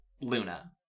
Luna